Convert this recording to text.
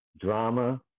drama